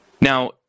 Now